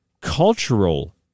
Cultural